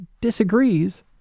disagrees